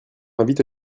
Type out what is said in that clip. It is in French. invite